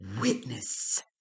witness